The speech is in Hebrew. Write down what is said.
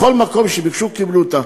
בכל מקום שביקשו, קיבלו אותה.